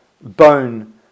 bone